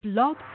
Blog